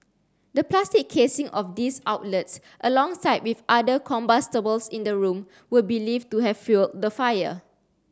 the plastic casing of these outlets alongside with other combustibles in the room were believed to have fuelled the fire